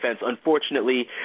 Unfortunately